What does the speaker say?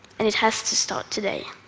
and it has to start today.